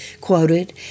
quoted